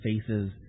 faces